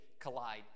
collide